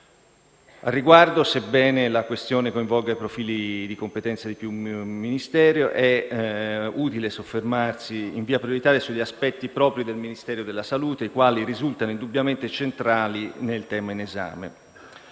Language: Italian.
Al riguardo, sebbene la questione coinvolga i profili di competenza di più Ministeri, è utile soffermami in via prioritaria sugli aspetti propri del Ministero della salute, i quali risultano indubbiamente centrali nel tema in esame.